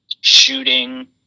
shooting